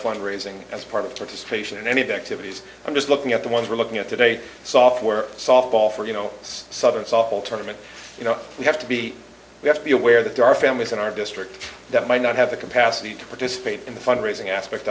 fund raising as part of participation in any of the activities i'm just looking at the ones we're looking at today software software you know southern softball tournament you know we have to be we have to be aware that there are families in our district that might not have the capacity to participate in the fundraising aspect